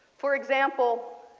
for example,